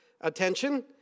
attention